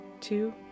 two